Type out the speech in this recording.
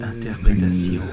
interprétation